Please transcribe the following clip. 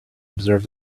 observe